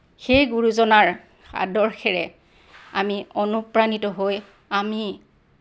সেই গুৰুজনাৰ আদৰ্শেৰে আমি অনুপ্ৰাণিত হৈ আমি